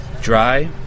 Dry